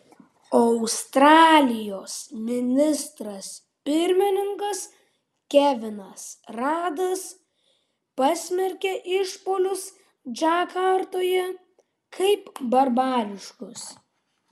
australijos ministras pirmininkas kevinas radas pasmerkė išpuolius džakartoje kaip barbariškus